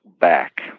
back